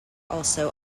also